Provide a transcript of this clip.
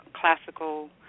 classical